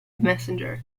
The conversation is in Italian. messenger